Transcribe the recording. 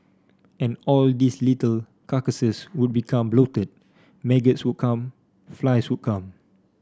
and all these little carcasses would become bloated maggots would come flies would come